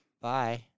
Bye